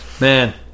man